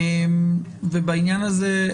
בעניין הזה,